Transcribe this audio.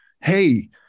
hey